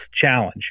challenge